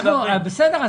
בסדר,